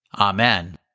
Amen